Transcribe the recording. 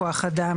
כוח אדם,